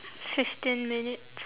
fifteen minutes